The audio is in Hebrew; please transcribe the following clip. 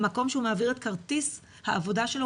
המקום שבו הוא מעביר את כרטיס העבודה שלו